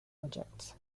projects